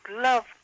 love